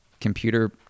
computer